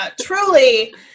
Truly